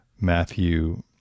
matthew